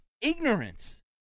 ignorance